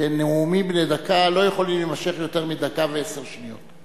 ולחברות הכנסת שנאומים בני דקה לא יכולים להימשך יותר מדקה ועשר שניות.